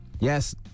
Yes